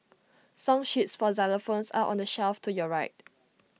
song sheets for xylophones are on the shelf to your right